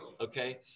okay